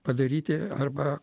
padaryti arba